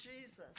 Jesus